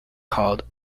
called